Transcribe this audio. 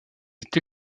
est